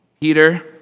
Peter